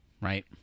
right